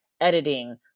editing